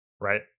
Right